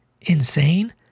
insane